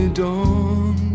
dawn